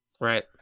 Right